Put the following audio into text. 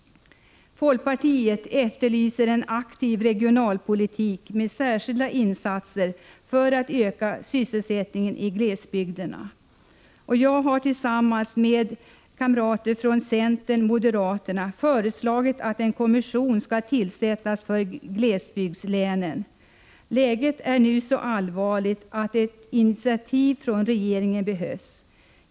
Folkpartiet efterlyser en aktiv regionalpolitik med särskilda insatser för att öka sysselsättningen i glesbygderna. Jag har tillsammans med kamrater från centerpartiet och moderata samlingspartiet föreslagit att en kommission för glesbygdslänen skall tillsättas. Läget är nu så allvarligt att ett initiativ från regeringen behövs.